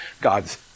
God's